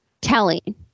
telling